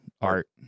art